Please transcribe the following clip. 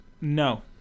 No